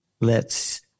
lets